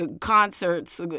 concerts